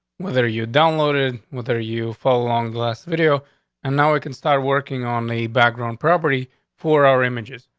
whether you downloaded with her, you fall along last video and now we can start working on the background property for our images.